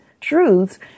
truths